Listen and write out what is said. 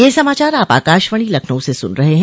ब्रे क यह समाचार आप आकाशवाणी लखनऊ से सुन रहे हैं